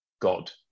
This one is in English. God